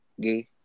gay